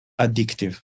addictive